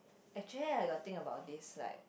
actually I got think about this like